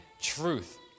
truth